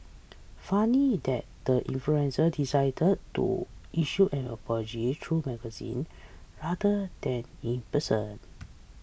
funny that the influencer decided to issue an apology through magazine rather than in person